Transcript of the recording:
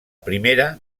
primera